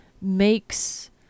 makes